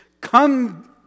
come